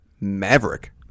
Maverick